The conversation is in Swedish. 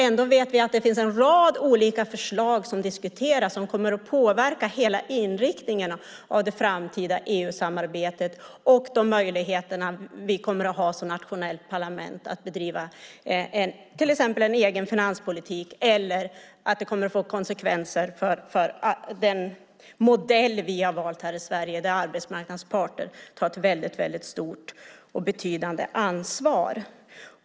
Ändå vet vi att det finns en rad olika förslag som diskuteras som kommer att påverka hela inriktningen av det framtida EU-samarbetet och de möjligheter vi kommer att ha som nationellt parlament att driva till exempel en egen finanspolitik. Det kommer att få konsekvenser för den modell vi har valt i Sverige, där arbetsmarknadens parter tar ett väldigt stort och betydande ansvar.